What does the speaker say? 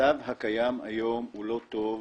המצב הקיים היום לא טוב.